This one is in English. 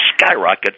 skyrocket